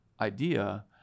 idea